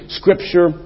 scripture